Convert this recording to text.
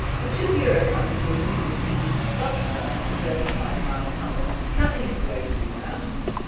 the two euro countries are looking for the eu to subsidise the thirty five mile tunnel cutting its way through the mountains.